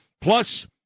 Plus